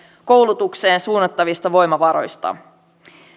koulutukseen suunnattavista voimavaroista